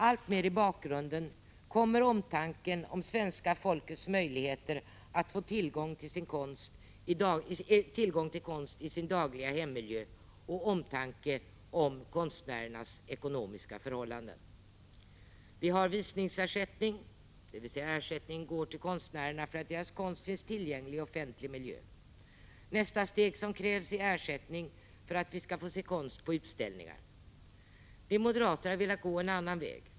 Alltmer i bakgrunden kommer omtanken om svenska folkets möjligheter att få tillgång till konst i sin dagliga hemmiljö och omtanken om konstnärernas ekonomiska förhållanden. Vi har nu visningsersättning, dvs. ersättning utgår till konstnärerna för att deras konst finns tillgänglig i offentlig miljö. Nästa steg man kräver är ersättning för att vi skall få se konst på utställningar. Vi moderater har velat gå en annan väg.